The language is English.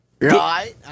Right